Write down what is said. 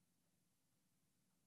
הטייסות והנווטות שלנו.